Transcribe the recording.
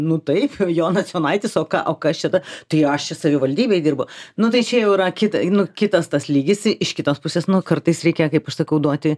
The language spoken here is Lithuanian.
nu taip jonas jonaitis o ką o kas čia ta tai aš čia savivaldybėj dirbu nu tai čia jau yra kita nu kitas tas lygis iš kitos pusės nu kartais reikia kaip aš sakau duoti